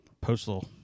postal